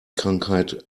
krankheit